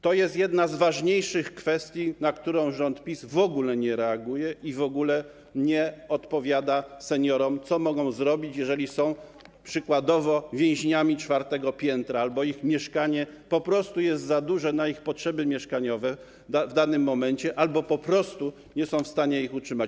To jest jedna z ważniejszych kwestii, na które rząd PiS w ogóle nie reaguje i w ogóle nie odpowiada seniorom, co mogą zrobić, jeżeli są przykładowo więźniami czwartego piętra albo ich mieszkanie po prostu jest za duże na ich potrzeby mieszkaniowe w danym momencie, albo po prostu nie są w stanie go utrzymać.